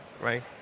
right